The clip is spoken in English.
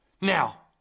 Now